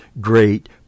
great